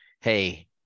hey